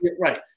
right